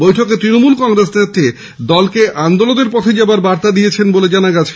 বৈঠকে তৃণমূল কংগ্রেস নেত্রী দলকে আন্দোলনের পথে যাওয়ার বার্তা দিয়েছেন বলে জানা গেছে